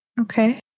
Okay